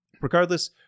Regardless